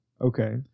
Okay